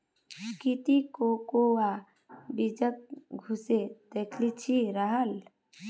की ती कोकोआ बीजक सुंघे दखिल छि राहल